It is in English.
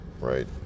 right